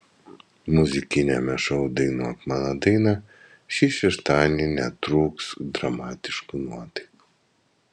muzikiniame šou dainuok mano dainą šį šeštadienį netrūks dramatiškų nuotaikų